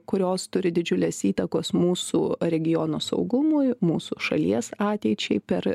kurios turi didžiulės įtakos mūsų regiono saugumui mūsų šalies ateičiai per